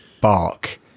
bark